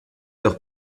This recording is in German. doch